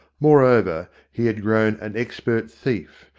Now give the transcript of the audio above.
moreover, he had grown an expert thief,